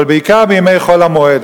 אלא בעיקר בימי חול המועד.